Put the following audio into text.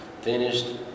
finished